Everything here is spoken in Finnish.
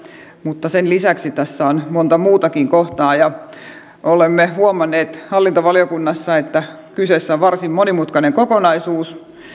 mutta sen lisäksi tässä on monta muutakin kohtaa olemme huomanneet hallintovaliokunnassa että kyseessä on varsin monimutkainen kokonaisuus